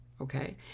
okay